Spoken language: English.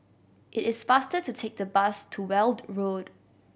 it is faster to take the bus to Weld Road